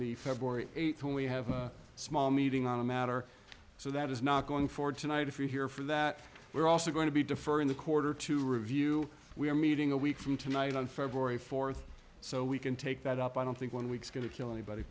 the february th when we have a small meeting on a matter so that is not going for tonight if you're here for that we're also going to be deferring the quarter to review we are meeting a week from tonight on february th so we can take that up i don't think one week's going to kill anybody